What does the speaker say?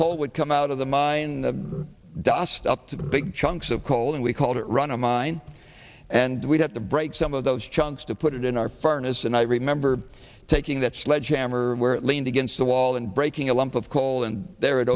coal would come out of the mine the dust up to the big chunks of coal and we called it run on mine and we'd have to break some of those chunks to put it in our furnace and i remember taking that sledgehammer where it leaned against the wall and breaking a lump of coal and there it